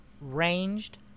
ranged